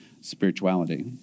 spirituality